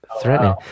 Threatening